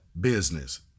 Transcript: business